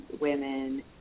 women